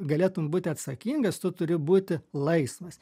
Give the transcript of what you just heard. galėtum būti atsakingas tu turi būti laisvas